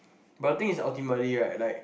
but the thing is ultimately right like